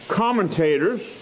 commentators